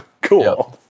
Cool